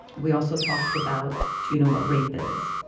we also talked about do you know what rape is?